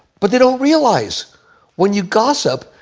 but they don't realize when you gossip,